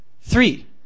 Three